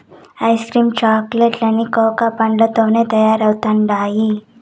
ice cream chocolate లన్నీ cocoa పండ్లతోనే తయారైతండాయి